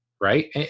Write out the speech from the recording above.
right